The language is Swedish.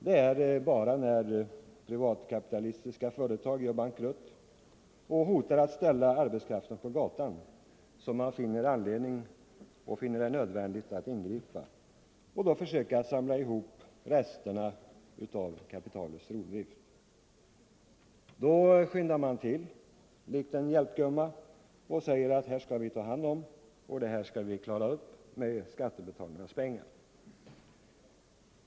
Det är bara när privatkapitalistiska företag gör bankrutt och hotar att ställa arbetskraften på gatan som man finner det nödvändigt att ingripa och försöka samla ihop resterna av kapitalets rovdrift. Då skyndar man till likt en hjälpgumma och säger att det här skall vi ta hand om och klara upp med hjälp av skattebetalarnas pengar.